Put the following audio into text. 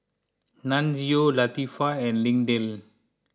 Nunzio Latifah and Lindell